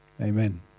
Amen